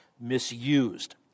misused